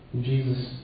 Jesus